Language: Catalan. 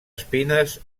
espines